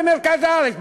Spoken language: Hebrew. ברשתות במרכז הארץ,